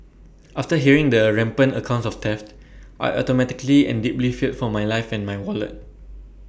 after hearing the rampant accounts of theft I automatically and deeply feared for my life and my wallet